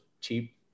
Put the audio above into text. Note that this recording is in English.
cheap